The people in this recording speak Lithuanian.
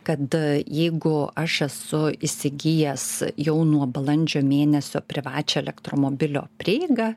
kad jeigu aš esu įsigijęs jau nuo balandžio mėnesio privačią elektromobilio prieigą